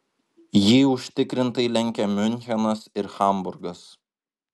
jį užtikrintai lenkia miunchenas ir hamburgas